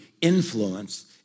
influence